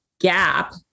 gap